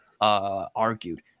argued